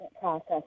process